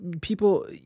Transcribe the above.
people